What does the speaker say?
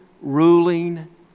ruling